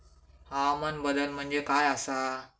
हवामान बदल म्हणजे काय आसा?